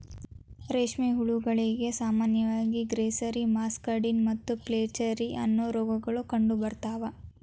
ರೇಷ್ಮೆ ಹುಳಗಳಿಗೆ ಸಾಮಾನ್ಯವಾಗಿ ಗ್ರಾಸ್ಸೆರಿ, ಮಸ್ಕಡಿನ್ ಮತ್ತು ಫ್ಲಾಚೆರಿ, ಅನ್ನೋ ರೋಗಗಳು ಕಂಡುಬರ್ತಾವ